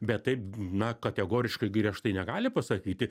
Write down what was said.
bet taip na kategoriškai griežtai negali pasakyti